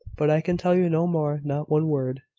but i can tell you no more not one word.